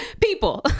People